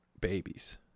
babies